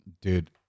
dude